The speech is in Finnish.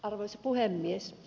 arvoisa puhemies